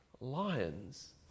Lions